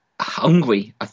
hungry